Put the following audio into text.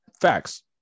Facts